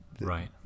Right